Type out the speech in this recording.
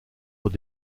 pour